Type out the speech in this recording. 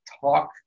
talk